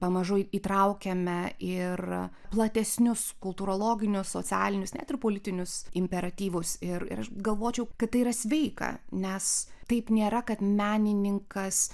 pamažu įtraukiame ir platesnius kultūrologinius socialinius net ir politinius imperatyvus ir aš galvočiau kad tai yra sveika nes taip nėra kad menininkas